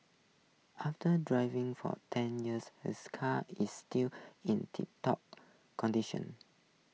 after driving for ten years her car is still in tip top condition